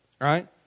right